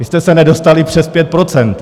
Vy jste se nedostali přes pět procent.